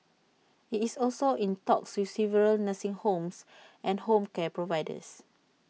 IT is also in talks with several nursing homes and home care providers